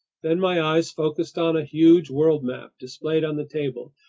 then my eyes focused on a huge world map displayed on the table,